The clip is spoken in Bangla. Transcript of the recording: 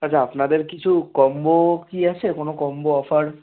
আচ্ছা আপনাদের কিছু কম্বো কি আছে কোনো কম্বো অফার